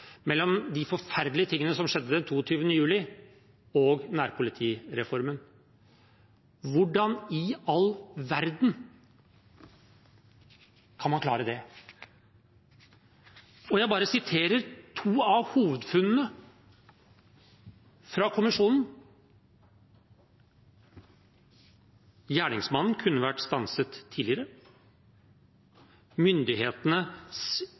mellom de forferdelige tingene som skjedde 22. juli 2011, og nærpolitireformen. Hvordan i all verden kan man klare det? Jeg vil bare sitere to av kommisjonens hovedfunn: «Gjerningsmannen kunne ha vært stanset tidligere